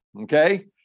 Okay